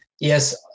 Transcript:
yes